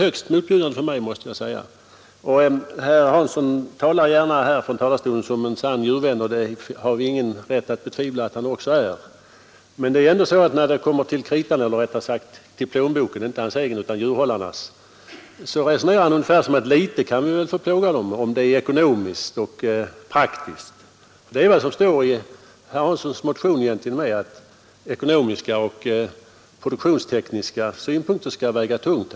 Herr Hansson brukar tala som en sann djurvän, och det har vi ingen anledning att betvivla att han är. Men när det kommer till kritan, eller rättare sagt till plånboken, inte hans egen utan djurhållarnas, så resonerar han som så, att litet kan vi väl få plåga djuret om det är ekonomiskt och praktiskt att göra det. Det står i herr Hanssons motion att ekonomiska och produktionstekniska synpunkter skall väga tungt.